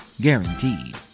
Guaranteed